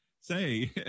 Say